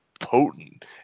potent